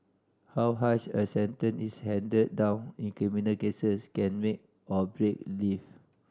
how harsh a sentence is handed down in criminal cases can make or break live